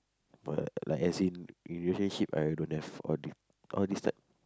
but like as in relationship I don't have all th~ all this type